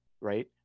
right